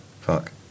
Fuck